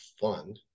fun